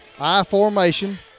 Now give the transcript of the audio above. I-formation